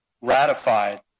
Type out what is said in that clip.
ratified